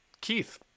Keith